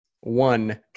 one